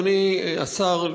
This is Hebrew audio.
אדוני השר,